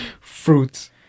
Fruits